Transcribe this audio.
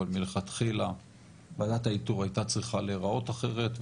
אבל מלכתחילה וועדת האיתור היתה צריכה להיראות אחרת,